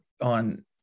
on